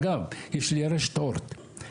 אגב, יש לי רשת אורט.